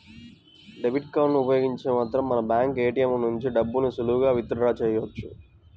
debit కార్డులను ఉపయోగించి మాత్రమే మనం బ్యాంకు ఏ.టీ.యం ల నుంచి డబ్బుల్ని సులువుగా విత్ డ్రా చెయ్యొచ్చు